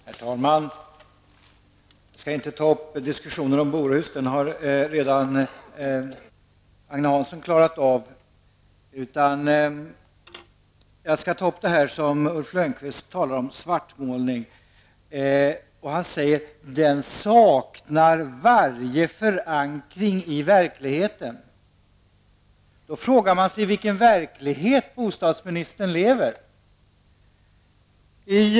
Herr talman! Jag skall inte ta upp en diskussion om bostadsbristen. Den har Agne Hansson klarat av. Ulf Lönnqvist talar om svartmålning. Han säger att den saknar varje förankring i verkligheten. Då frågar man sig vilken verklighet bostadsministern lever i.